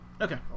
Okay